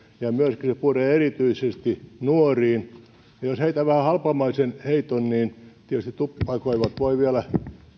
ja se myöskin puree erityisesti nuoriin ja jos heitän vähän halpamaisen heiton tietysti tupakoivat voivat vielä